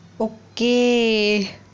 Okay